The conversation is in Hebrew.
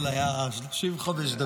אתמול היו 35 דקות.